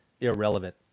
irrelevant